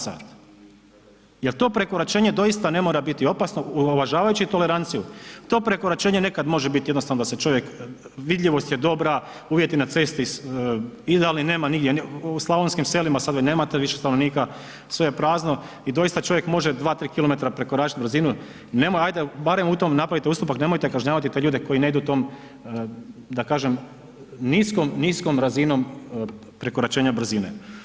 h. Jer to prekoračenje doista ne mora biti opasno uvažavajući toleranciju, to prekoračenje nekad može biti jednostavno da se čovjek, vidljivost je dobra, uvjeti na cesti idealni, u slavonskim selima sad vi nemate više stanovnika, sve je prazno i doista čovjek može 2-3 km prekoračiti brzinu, nemojte ajde, barem u tom napravite ustupak, nemojte kažnjavati te ljude koji ne idu tom da kažem niskom, niskom razinom prekoračenja brzine.